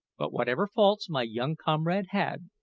but whatever faults my young comrade had,